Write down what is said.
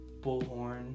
Bullhorn